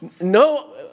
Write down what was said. no